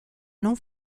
non